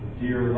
dear